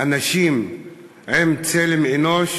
אנשים עם צלם אנוש